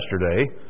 yesterday